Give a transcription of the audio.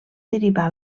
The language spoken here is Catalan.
derivar